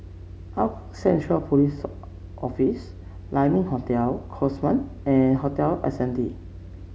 Hougang Central Post Office Lai Ming Hotel Cosmoland and Hotel Ascendere